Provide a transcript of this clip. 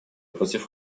против